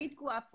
אני תקועה פה.